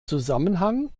zusammenhang